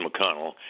McConnell